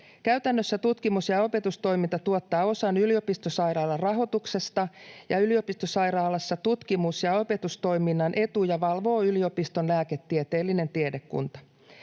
Käytännössä tutkimus- ja opetustoiminta tuottaa osan yliopistosairaalan rahoituksesta, ja yliopistosairaalassa tutkimus- ja opetustoiminnan etuja valvoo yliopiston lääketieteellinen tiedekunta.